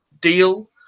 deal